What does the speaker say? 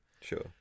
Sure